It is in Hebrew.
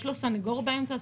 יש לו סנגור באמצע,